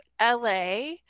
LA